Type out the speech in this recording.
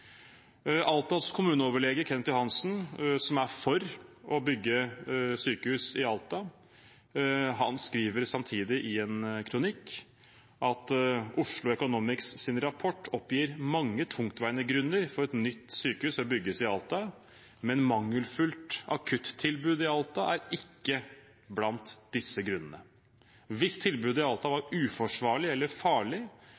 Altas kommuneoverlege, Kenneth Johansen, som er for å bygge sykehus i Alta, skriver i en kronikk: «Oslo Economics oppgir mange tungtveiende grunner til at et nytt sykehus bør bygges i Alta. Mangelfullt akuttilbud i Alta er ikke blant dem. Dersom tilbudet i Alta